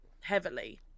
heavily